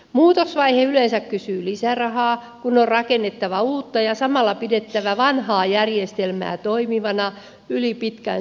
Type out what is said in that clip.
muutosvaihe yleensä kysyy lisärahaa kun on rakennettava uutta ja samalla pidettävä vanhaa järjestelmää toimivana yli pitkän siirtymäkauden